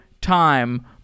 time